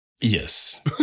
Yes